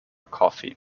coffee